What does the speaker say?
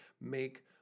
make